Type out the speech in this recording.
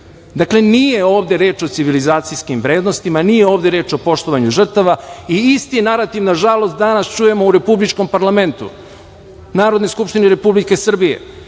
desilo. Dakle, nije ovde reč o civilizacijskim vrednostima, nije ovde reč o poštovanju žrtava i isti narativ, nažalost, danas čujemo u republičkom parlamentu, Narodnoj skupštini Republike Srbije,